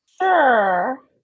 Sure